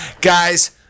Guys